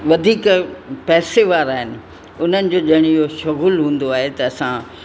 वधीक पैसे वारा आहिनि उन्हनि जो ॼणु इहो शहूल हूंदो आहे त असां